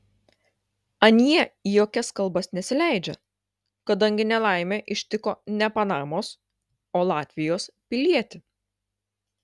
anie į jokias kalbas nesileidžia kadangi nelaimė ištiko ne panamos o latvijos pilietį